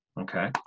Okay